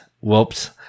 whoops